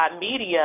media